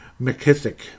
McKissick